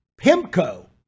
PIMCO